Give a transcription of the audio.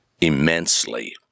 immensely